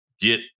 get